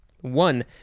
One